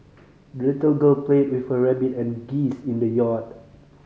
the little girl played with her rabbit and geese in the yard